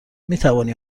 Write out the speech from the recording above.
میتوانی